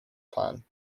plan